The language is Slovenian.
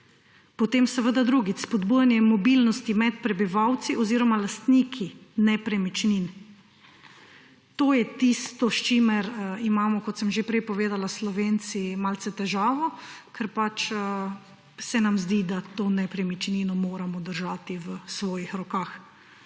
Potem seveda drugič, spodbujanje mobilnosti med prebivalci oziroma lastniki nepremičnin. To je tisto, s čimer imamo, kot sem že prej povedala, Slovenci malce težavo, ker pač se nam zdi, da to nepremičnino moramo držati v svojih rokah.